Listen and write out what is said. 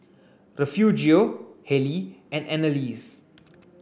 Refugio Hallie and Anneliese